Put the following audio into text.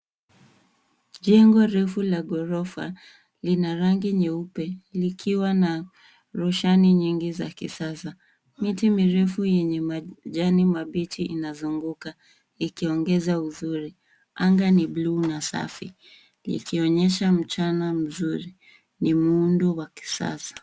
Jengo refu la ghorofa lina rangi nyeupe, likiwa na roshani nyingi za kisasa. Miti mirefu yenye majani mabichi inazunguka, likiongeza uzuri. Anga ni buluu na safi likionyesha mchana mzuri. Ni muundo wa kisasa.